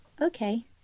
Okay